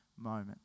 moment